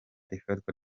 ifatwa